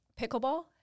Pickleball